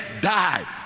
died